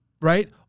Right